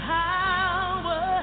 power